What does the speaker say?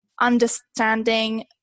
understanding